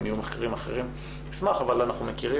אם יהיו מחקרים אחרים, נשמח אנחנו מכירים